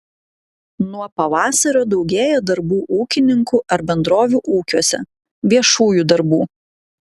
nuo pavasario daugėja darbų ūkininkų ar bendrovių ūkiuose viešųjų darbų